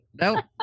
nope